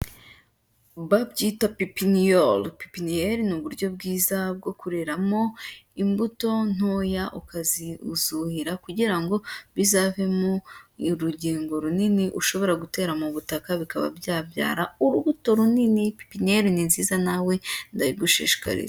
Babyita pipiniyoro. Pipiniyeri ni uburyo bwiza bwo kureramo imbuto ntoya ukazizuhira kugira ngo bizavemo urugengo runini ushobora gutera mu butaka, bikaba byabyara urubuto runini. Pipiniyeri ni nziza nawe ndayigushishikariza.